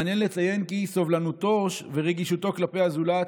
מעניין לציין כי סובלנותו ורגישותו כלפי הזולת